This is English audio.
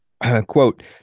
Quote